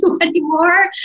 anymore